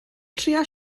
trïa